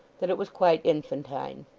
that it was quite infantine.